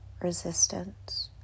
resistance